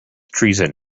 treason